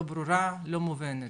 לא ברורה ולא מובנת.